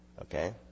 Okay